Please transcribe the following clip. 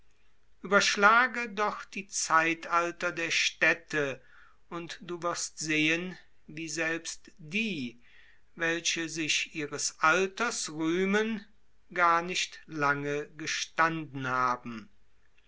ueberschlage doch die zeitalter der städte und du wirst sehen wie selbst die welche sich ihres alters rühmen gar nicht lange gestanden haben